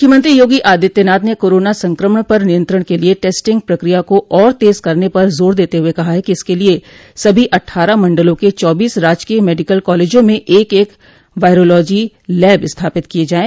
मुख्यमंत्री योगी आदित्यनाथ ने कोरोना संक्रमण पर नियंत्रण के लिये टेस्टिंग प्रक्रिया को और तेज करने पर जोर देते हुए कहा कि इसके लिये सभी अट्ठारह मंडलों के चौबीस राजकीय मेडिकल कॉलेजों में एक एक वायरोलॉजी लैब स्थापित किये जाये